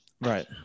right